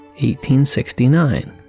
1869